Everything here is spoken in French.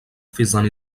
faisant